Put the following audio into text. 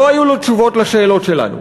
לא היו לו תשובות על השאלות שלנו.